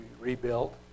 rebuilt